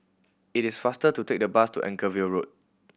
it is faster to take the bus to Anchorvale Road